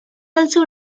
also